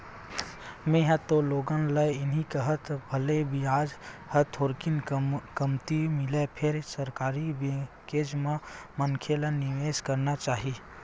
में हा ह तो लोगन ल इही कहिहूँ भले बियाज ह थोरकिन कमती मिलय फेर सरकारी बेंकेच म मनखे ल निवेस करना चाही